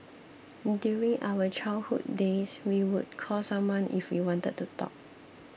during our childhood days we would call someone if we wanted to talk